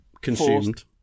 consumed